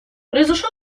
произошел